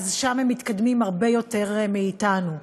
שם מתקדמים הרבה יותר מאתנו,